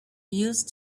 use